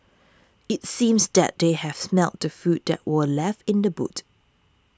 it seems that they had smelt the food that were left in the boot